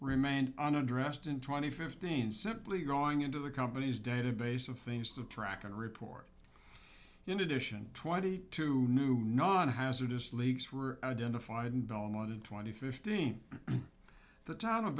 remained unaddressed in twenty fifteen simply going into the company's database of things to track and report in addition twenty two new non hazardous leaks were identified in belmont in twenty fifteen the town of